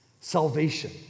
Salvation